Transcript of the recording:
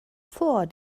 vor